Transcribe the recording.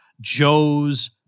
Joe's